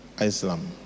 Islam